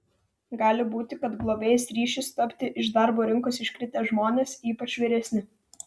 gali būti kad globėjais ryšis tapti iš darbo rinkos iškritę žmonės ypač vyresni